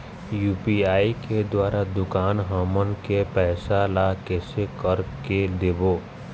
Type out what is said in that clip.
UPI के द्वारा दुकान हमन के पैसा ला कैसे कर के देबो?